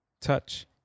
touch